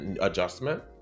adjustment